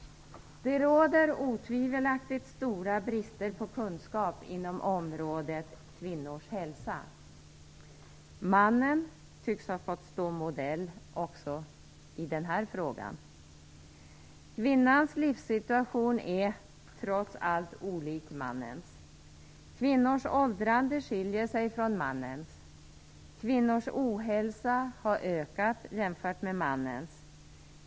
Det finns otvivelaktigt stora brister när det gäller kunskap om kvinnors hälsa. Mannen tycks ha fått stå modell också i det här sammanhanget. Kvinnans livssituation är trots allt olik mannens. Kvinnans åldrande skiljer sig från mannens. Kvinnans ohälsa har ökat jämfört med mannens.